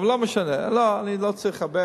אבל לא משנה, אני לא צריך הרבה.